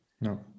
no